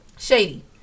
Shady